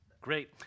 Great